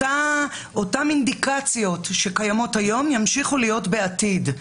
אותן אינדיקציות שקיימות היום ימשיכו להיות בעתיד,